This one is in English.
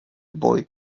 boy